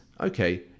okay